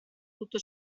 tutto